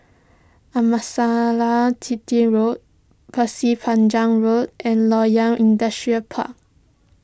Amasalam Chetty Road Pasir Panjang Road and Loyang Industrial Park